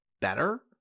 better